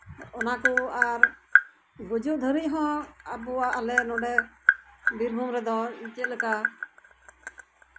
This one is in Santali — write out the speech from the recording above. ᱚᱱᱟᱠᱚ ᱟᱨ ᱜᱩᱡᱩᱜ ᱫᱷᱟᱹᱵᱤᱡ ᱦᱚᱸ ᱟᱵᱚᱣᱟᱜ ᱟᱞᱮ ᱱᱚᱰᱮ ᱵᱤᱨᱵᱷᱩᱢ ᱨᱮᱫᱚ ᱪᱮᱫ ᱞᱮᱠᱟ